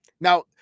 Now